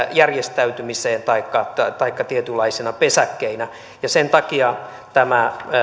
järjestäytymiseen taikka taikka tietynlaisina pesäkkeinä ja sen takia tämä